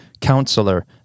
Counselor